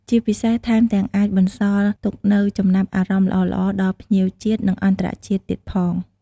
ជាពិសេស ថែមទាំងអាចបន្សល់ទុកនូវចំណាប់អារម្មណ៍ល្អៗដល់ភ្ញៀវជាតិ និងអន្តរជាតិទៀតផង។